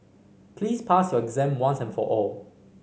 please pass your exam once and for all